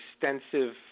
extensive